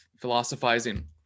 philosophizing